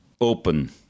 open